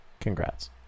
Congrats